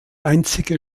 einzige